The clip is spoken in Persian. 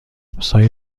روزهای